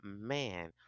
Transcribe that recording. Man